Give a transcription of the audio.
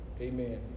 Amen